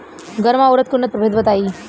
गर्मा उरद के उन्नत प्रभेद बताई?